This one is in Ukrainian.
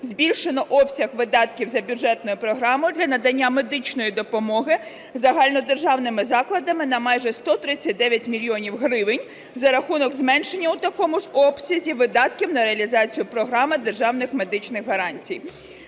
збільшено обсяг видатків за бюджетною програмою для надання медичної допомоги загальнодержавними закладами на майже 139 мільйонів гривень за рахунок зменшення у такому ж обсязі видатків на реалізацію програми державних медичних гарантій.